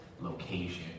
location